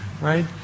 right